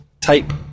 type